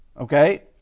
okay